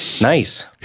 nice